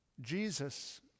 Jesus